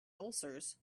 ulcers